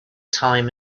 time